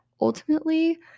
ultimately